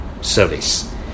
service